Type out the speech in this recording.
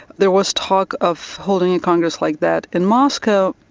there was talk of holding a congress like that in moscow,